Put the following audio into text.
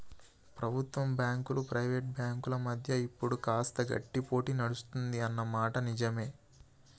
ప్రభుత్వ బ్యాంకులు ప్రైవేట్ బ్యాంకుల మధ్య ఇప్పుడు కాస్త గట్టి పోటీ నడుస్తుంది అన్న మాట నిజవే